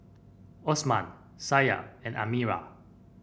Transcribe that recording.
Osman Syah and Amirah